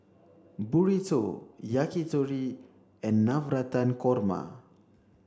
burrito yakitori and Navratan Korma